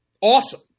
Awesome